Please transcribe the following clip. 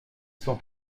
sont